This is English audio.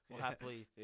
happily